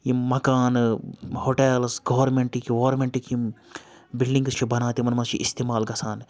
یِم مکانہٕ ہۄٹیلٕز گورمینٹٕکۍ وارمنٹٕکۍ یِم بِلڈِنٛگٕس چھِ بَنان تِمَن مَنٛز چھِ اِستعمال گَژھان